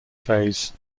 phase